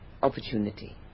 opportunity